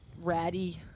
ratty